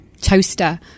toaster